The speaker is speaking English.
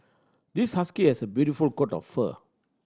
this husky has a beautiful coat of fur